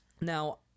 Now